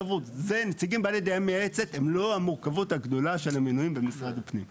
נציגים בעלי דעה מייעצת הם לא המורכבות הגדולה של המינויים במשרד הפנים.